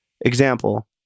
example